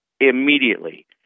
immediately